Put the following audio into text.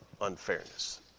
unfairness